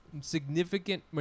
significant